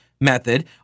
method